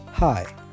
Hi